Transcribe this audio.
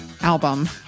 album